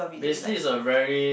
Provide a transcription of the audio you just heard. basically it's a very